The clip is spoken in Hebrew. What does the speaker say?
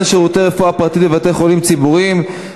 שירותי רפואה פרטית בבתי-חולים ציבוריים),